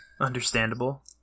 Understandable